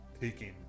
taking